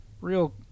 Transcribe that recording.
real